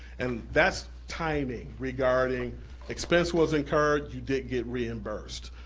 and that's timing regarding expense was incurred, you didn't get reimbursed,